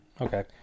okay